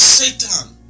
Satan